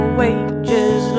wages